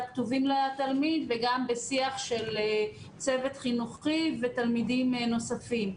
כתובים לתלמיד וגם בשיח של צוות חינוכי ותלמידים נוספים.